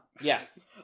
Yes